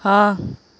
हाँ